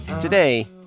Today